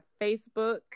Facebook